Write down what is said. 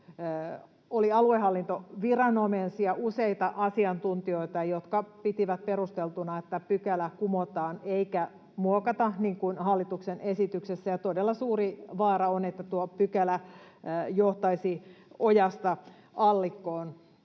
Oli aluehallintoviranomaisia, useita asiantuntijoita, jotka pitivät perusteltuna, että pykälä kumotaan eikä muokata niin kuin hallituksen esityksessä. Oli todella suuri vaara, että tuo pykälä johtaisi ojasta allikkoon.